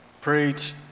Preach